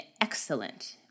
excellent